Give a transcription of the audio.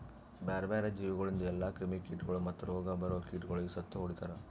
ಬ್ಯಾರೆ ಬ್ಯಾರೆ ಜೀವಿಗೊಳಿಂದ್ ಎಲ್ಲಾ ಕ್ರಿಮಿ ಕೀಟಗೊಳ್ ಮತ್ತ್ ರೋಗ ಬರೋ ಕೀಟಗೊಳಿಗ್ ಸತ್ತು ಹೊಡಿತಾರ್